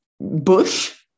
bush